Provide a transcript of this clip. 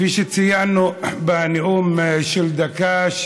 כפי שציינו בנאום בן דקה,